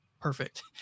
perfect